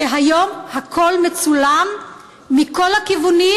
שהיום הכול מצולם מכל הכיוונים,